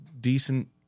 decent